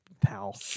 pal